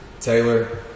Taylor